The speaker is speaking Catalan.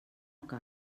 cal